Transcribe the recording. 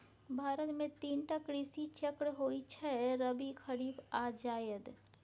भारत मे तीन टा कृषि चक्र होइ छै रबी, खरीफ आ जाएद